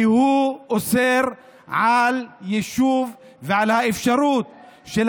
כי הוא אוסר על יישוב ועל האפשרות של